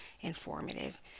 informative